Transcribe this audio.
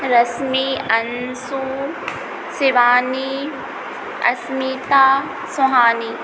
Rashmi Anshu Shivani Asmita Suhani